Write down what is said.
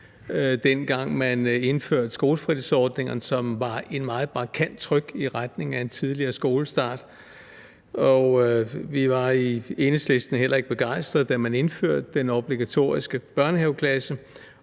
dengang, man indførte skolefritidsordningerne, som var et meget markant ryk i retning af en tidligere skolestart, og vi var i Enhedslisten heller ikke begejstret, da man indførte den obligatoriske børnehaveklasse,